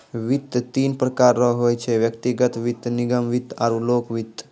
वित्त तीन प्रकार रो होय छै व्यक्तिगत वित्त निगम वित्त आरु लोक वित्त